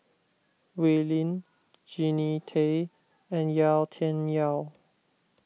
Wee Lin Jannie Tay and Yau Tian Yau